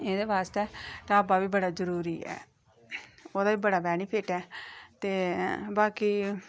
एह्दे वास्तै ढाबा बी बड़ा जरूरी ऐ ओह्दा बी बड़ा बैनीफिट ऐ ते बाकी